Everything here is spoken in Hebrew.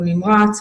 טיפול נמרץ,